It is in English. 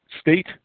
state